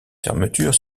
fermeture